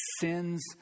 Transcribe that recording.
sins